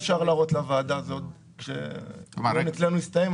יש פה עוד שאלות: מה המחיר המקורי של שותפות כזאת שלא התאגדה?